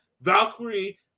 Valkyrie